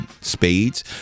spades